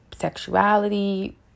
sexuality